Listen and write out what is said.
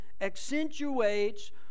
accentuates